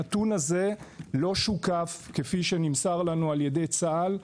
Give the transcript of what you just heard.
הנתון הזה לא שוקף, כפי שנמסר לנו, על ידי צה"ל.